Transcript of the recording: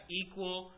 equal